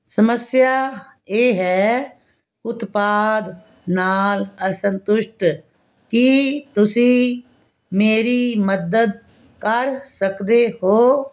ਸਮੱਸਿਆ ਇਹ ਹੈ ਉਤਪਾਦ ਨਾਲ ਅਸੰਤੁਸ਼ਟ ਕੀ ਤੁਸੀਂ ਮੇਰੀ ਮਦਦ ਕਰ ਸਕਦੇ ਹੋ